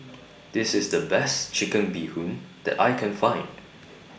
This IS The Best Chicken Bee Hoon that I Can Find